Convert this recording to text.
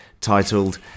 titled